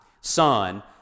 son